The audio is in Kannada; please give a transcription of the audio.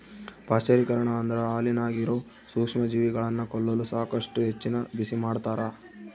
ಪಾಶ್ಚರೀಕರಣ ಅಂದ್ರ ಹಾಲಿನಾಗಿರೋ ಸೂಕ್ಷ್ಮಜೀವಿಗಳನ್ನ ಕೊಲ್ಲಲು ಸಾಕಷ್ಟು ಹೆಚ್ಚಿನ ಬಿಸಿಮಾಡ್ತಾರ